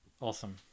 Awesome